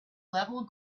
level